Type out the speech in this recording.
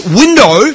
window